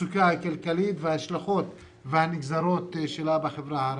הכלכלית וההשלכות והנגזרות שלה בחברה הערבית.